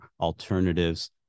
alternatives